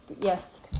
Yes